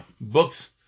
books